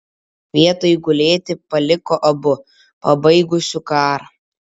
vietoj gulėti paliko abu pabaigusiu karą